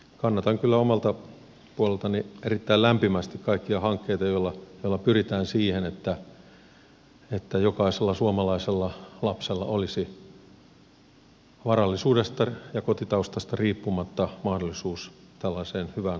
kannatan kyllä omalta puoleltani erittäin lämpimästi kaikkia hankkeita joilla pyritään siihen että jokaisella suomalaisella lapsella olisi varallisuudesta ja kotitaustasta riippumatta mahdollisuus tällaiseen hyvään harrastukseen